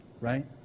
right